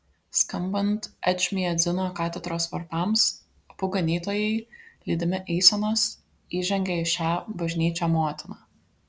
skambant ečmiadzino katedros varpams abu ganytojai lydimi eisenos įžengė į šią bažnyčią motiną